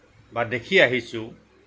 বা দেখি আহিছোঁ